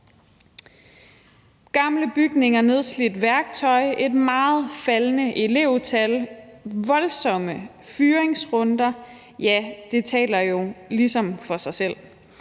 Gamle bygninger, nedslidt værktøj, et meget faldende elevtal og voldsomme fyringsrunder taler jo ligesom for sig selv.